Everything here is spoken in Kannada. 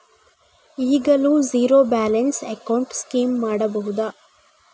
ಈಗಲೂ ಝೀರೋ ಬ್ಯಾಲೆನ್ಸ್ ಅಕೌಂಟ್ ಸ್ಕೀಮ್ ಮಾಡಬಹುದಾ?